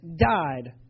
died